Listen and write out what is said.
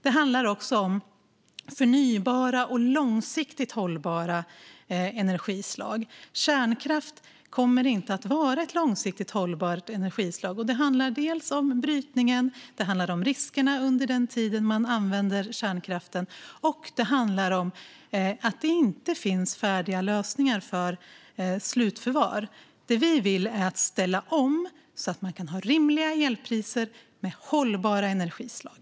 Det handlar också om förnybara och långsiktigt hållbara energislag. Kärnkraft kommer inte att vara ett långsiktigt hållbart energislag. Det handlar dels om brytningen, dels om riskerna under den tid man använder kärnkraften, dels om att det inte finns färdiga lösningar för slutförvar. Det vi vill är att ställa om, så att man kan ha rimliga elpriser med hållbara energislag.